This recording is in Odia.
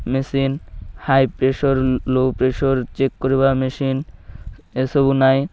machine high pressure low pressure check କରିବା ମେସିନ୍ ଏସବୁ ନାଇଁ